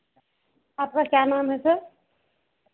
आपका क्या नाम है सर